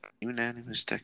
Unanimous